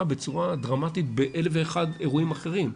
בצורה דרמטית באלף ואחד אירועים אחרים,